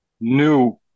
new